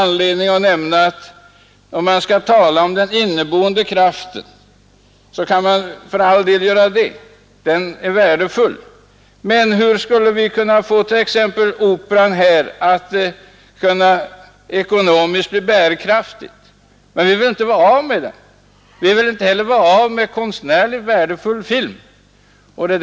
Naturligtvis kan man då tala om konstartens egen ekonomiska bärkraft — den är värdefull. Men hur skulle vi kunna få t.ex. Operan att bli ekonomiskt bärkraftig? Vi vill ändå inte vara den förutan. Vi vill inte heller vara utan konstnärligt värdefull film.